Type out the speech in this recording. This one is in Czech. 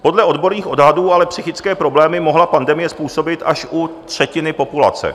Podle odborných odhadů ale psychické problémy mohla pandemie způsobit až u třetiny populace.